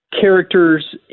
characters